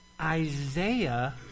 Isaiah